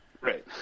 Right